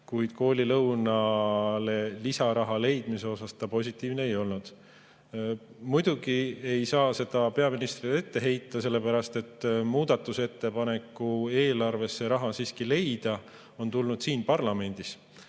kuid koolilõunale lisaraha leidmise suhtes ta positiivne ei olnud. Muidugi ei saa seda peaministrile ette heita, sellepärast et muudatusettepanek eelarvesse raha leida on tulnud siit parlamendist.